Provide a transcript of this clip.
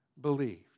believed